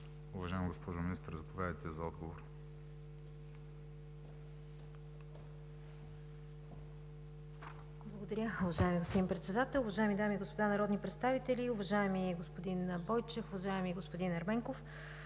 Уважаема госпожо Министър, заповядайте за отговор.